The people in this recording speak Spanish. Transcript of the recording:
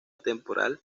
temporal